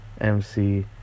mc